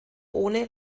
ohne